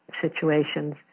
situations